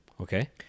Okay